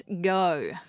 go